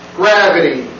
gravity